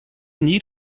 need